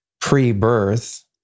pre-birth